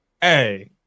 hey